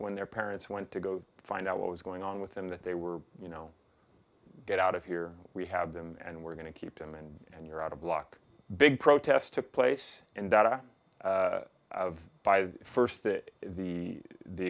when their parents went to go find out what was going on with them that they were you know get out of here we have them and we're going to keep them in and you're out of luck big protest took place in data of five first's that the the